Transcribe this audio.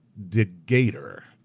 degator.